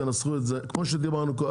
תנסחו את זה כמו שדיברנו קודם.